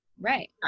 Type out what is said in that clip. right